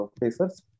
pacers